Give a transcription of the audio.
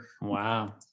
Wow